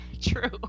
True